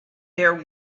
there